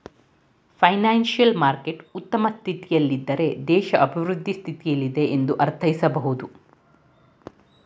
financial market ಉತ್ತಮ ಸ್ಥಿತಿಯಲ್ಲಿದ್ದಾರೆ ದೇಶ ಅಭಿವೃದ್ಧಿ ಸ್ಥಿತಿಯಲ್ಲಿದೆ ಎಂದು ಅರ್ಥೈಸಬಹುದು